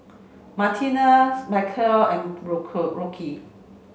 Martina Maceo and Rocky